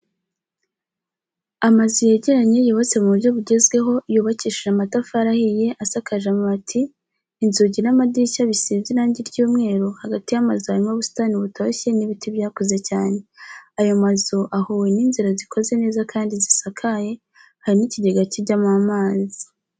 Amazu yegeranye yubatse mu buryo bugezweho yubakishije amtafari ahiye asakaje amabati inzugi n'amadirishya bisize irangi ry'umweru hagati y'amazu harimo ubusitani butoshye n'ibiti byakuze cyane, ayo mazu ahuwe n'inzira zikoze neza kandi zisakaye, hari n'ikigega kijyamo amazi.